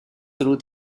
through